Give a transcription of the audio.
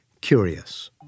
curious